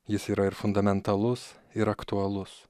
jis yra ir fundamentalus ir aktualus